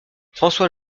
françois